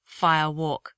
firewalk